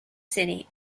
city